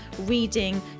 reading